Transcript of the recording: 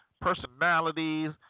personalities